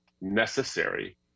necessary